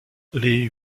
les